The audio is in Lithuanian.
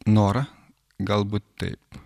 norą galbūt taip